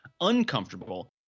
uncomfortable